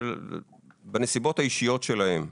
בנסיבות האישיות שלהם.